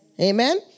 Amen